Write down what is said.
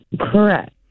correct